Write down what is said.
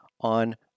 on